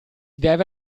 deve